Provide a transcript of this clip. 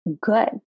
good